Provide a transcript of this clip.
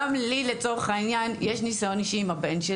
גם לי לצורך העניין יש ניסיון אישי עם הבן,